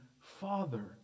Father